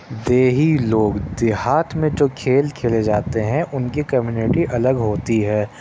دیہی لوگ دیہات میں جو کھیل کھیلے جاتے ہیں ان کی کمیونٹی الگ ہوتی ہے